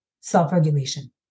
self-regulation